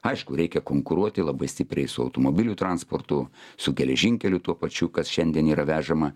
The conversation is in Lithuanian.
aišku reikia konkuruoti labai stipriai su automobilių transportu su geležinkeliu tuo pačiu kas šiandien yra vežama